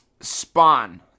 Spawn